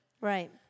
Right